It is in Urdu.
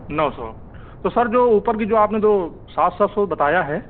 نو سو تو سر جو اوپر کی جو آپ نے دو سات سات سو بتایا ہے